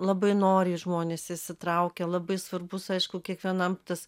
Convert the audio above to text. labai noriai žmonės įsitraukia labai svarbus aišku kiekvienam tas